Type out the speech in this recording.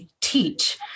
teach